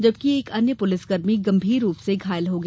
जबकि एक अन्य पुलिसकर्मी गंभीर रूप से घायल हो गया